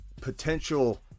potential